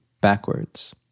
backwards